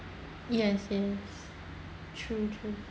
yes yes